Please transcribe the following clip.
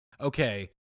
okay